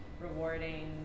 rewarding